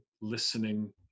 listening